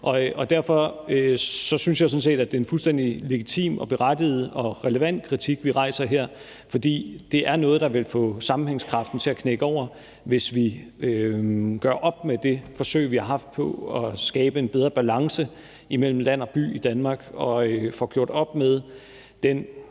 år. Derfor synes jeg sådan set, at det er en fuldstændig legitim og berettiget og relevant kritik, vi rejser her, for det er noget, der vil få sammenhængskraften til at knække over, hvis vi gør op med det forsøg, vi har haft, på at skabe en bedre balance imellem land og by i Danmark, og får gjort op med den